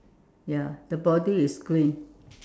ya the body is green